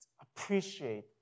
appreciate